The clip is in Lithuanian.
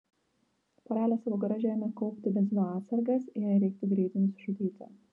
porelė savo garaže ėmė kaupti benzino atsargas jei reiktų greitai nusižudyti